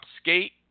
Skate